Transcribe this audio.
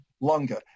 longer